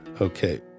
Okay